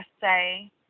say